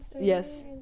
yes